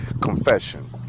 confession